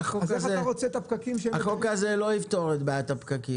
אז איך אתה רוצה את הפקקים --- החוק הזה לא יפתור את בעיית הפקקים.